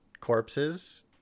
corpses